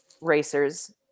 racers